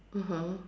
(uh huh)